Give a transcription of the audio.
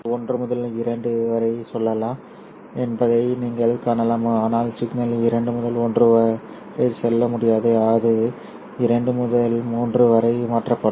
எனவே சிக்னல் 1 முதல் 2 வரை செல்லலாம் என்பதை நீங்கள் காணலாம் ஆனால் சிக்னல் 2 முதல் 1 வரை செல்ல முடியாது அது 2 முதல் 3 வரை மாற்றப்படும்